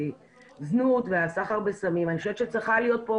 הזנות והסחר בסמים, אני חושבת שצריכה להיות פה